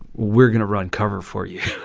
we're going to run cover for you.